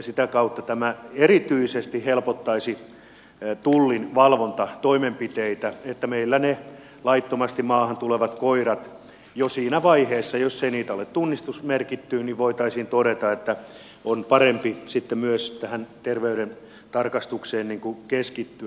sitä kautta tämä erityisesti helpottaisi tullin valvontatoimenpiteitä että meillä niiden laittomasti maahan tulevien koirien kohdalla jo siinä vaiheessa jos ei niitä ole tunnistusmerkitty voitaisiin todeta että on parempi sitten myös tähän terveyden tarkastukseen keskittyä